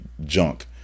junk